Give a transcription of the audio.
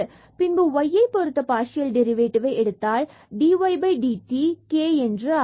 பின்பு y யை பொருத்த பார்சியல் டெரிவேட்டிவ்வை எடுத்தால் பின்பு dy dt k என்று ஆகிறது